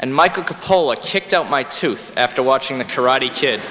and my coca cola kicked out my tooth after watching the karate kid